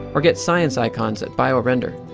or get science icons at biorender.